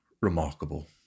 remarkable